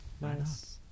Nice